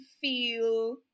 feel